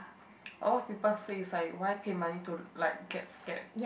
a lot of people says like why paid money to like get scared